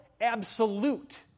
Absolute